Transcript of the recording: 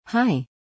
Hi